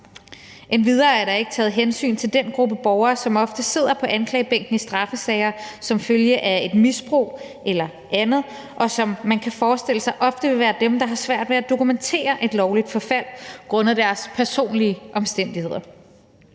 Endvidere er der ikke taget hensyn til den gruppe borgere, som ofte sidder på anklagebænken i straffesager som følge af et misbrug eller andet, og som man kan forestille sig ofte vil være dem, der har svært ved at dokumentere et lovligt forfald grundet deres personlige omstændigheder.